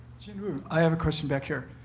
jin-woo, i have a question back here.